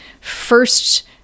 first